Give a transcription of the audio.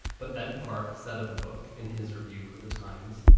but ed pak said of the book in his review for the times,